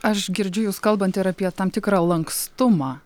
aš girdžiu jus kalbant ir apie tam tikrą lankstumą